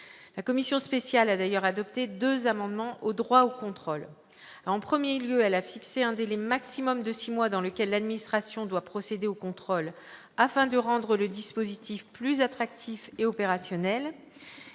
La commission spéciale a d'ailleurs adopté deux amendements en ce qui concerne le droit au contrôle. En premier lieu, elle a fixé un délai maximum de six mois dans lequel l'administration doit procéder au contrôle, afin de rendre le dispositif plus attractif et opérationnel.